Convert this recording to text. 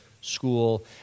school